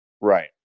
Right